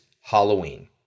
Halloween